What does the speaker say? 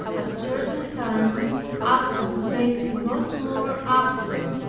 at certain times absence makes not more absent,